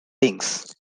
links